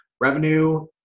revenue